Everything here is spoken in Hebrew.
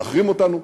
להחרים אותנו,